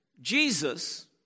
Jesus